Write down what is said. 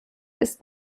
ist